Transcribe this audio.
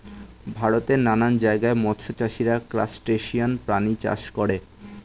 ভারতের নানান জায়গায় মৎস্য চাষীরা ক্রাসটেসিয়ান প্রাণী চাষ করে